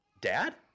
dad